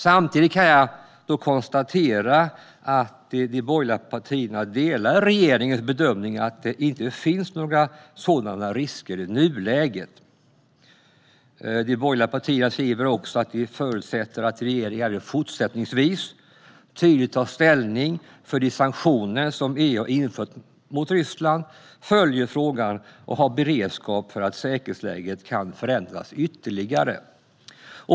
Samtidigt kan jag konstatera att de borgerliga partierna delar regeringens bedömning att det inte finns några sådana risker i nuläget. De borgerliga partierna skriver också att de förutsätter att regeringen även fortsättningsvis tydligt tar ställning för de sanktioner som EU har infört mot Ryssland, följer frågan och har beredskap för att säkerhetsläget kan förändras ytterligare.